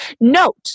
Note